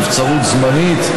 נבצרות זמנית,